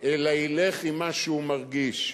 אלא ילך עם מה שהוא מרגיש.